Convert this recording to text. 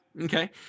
okay